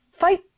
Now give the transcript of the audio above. fight